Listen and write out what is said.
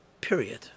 period